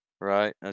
Right